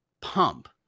pump